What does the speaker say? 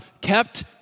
kept